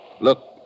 Look